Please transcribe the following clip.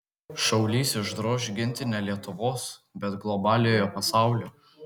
šaulys išdroš ginti ne lietuvos bet globaliojo pasaulio